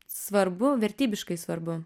svarbu vertybiškai svarbu